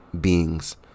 beings